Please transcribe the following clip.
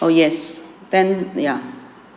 oh yes then ya